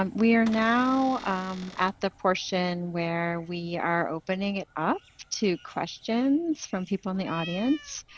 um we are now um at the portion where we are opening it up to questions from people in the audience.